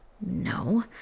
No